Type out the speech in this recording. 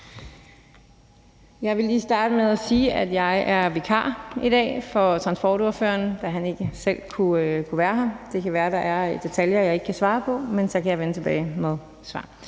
Jeg vil lige starte med at sige, at jeg er vikar i dag for vores transportordfører, da han ikke selv kunne være her. Det kan være, der er detaljer, jeg ikke kan svare på, men så kan jeg vende tilbage med svar.